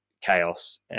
chaos